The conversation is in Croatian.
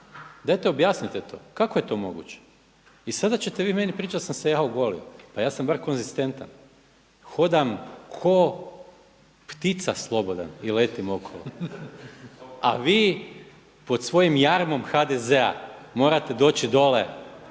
Dajte objasnite to? Kako je to moguće? I sada ćete vi meni pričati da sam se ja ogolio, pa ja sam bar konzistentan. Hodam ko ptica slobodan i letim okolo, a vi pod svojim jarmom HDZ-a morate doći dole